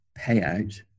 payout